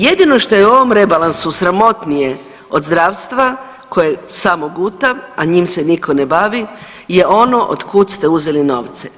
Jedino što je u ovom rebalansu sramotnije od zdravstva koje samo guta, a njim se nikom ne bavi je ono od kud ste uzeli novce.